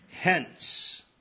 Hence